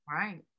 Right